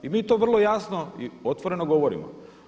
I mi to vrlo jasno i otvoreno govorimo.